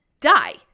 die